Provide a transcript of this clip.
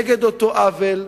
נגד אותו עוול,